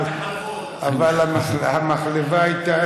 אבל המחלבה הייתה,